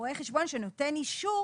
רואה חשבון שנותן אישור